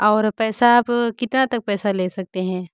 और पैसा आप कितना तक पैसा ले सकते हैं